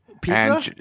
Pizza